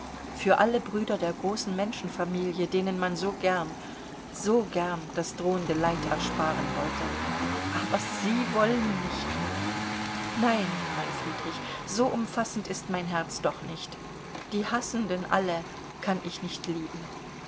für alle brüder der großen menschenfamilie denen man so gern so gern das drohende leid ersparen wollte aber sie wollen nicht nein mein friedrich so umfassend ist mein herz doch nicht die hassenden alle kann ich nicht lieben